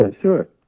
sure